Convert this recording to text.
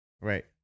Right